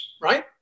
right